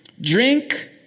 Drink